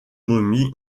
momies